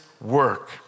work